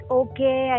okay